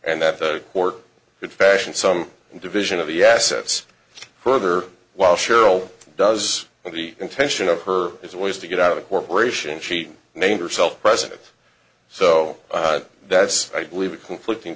and that the court would fashion some division of the assets further while cheryl does with the intention of her is a ways to get out of a corporation she named herself president so that's i believe the conflicting